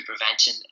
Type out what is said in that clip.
prevention